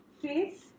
face